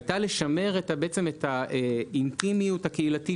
הייתה לשמר את האינטימיות הקהילתית